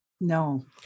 No